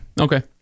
okay